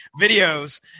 videos